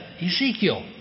Ezekiel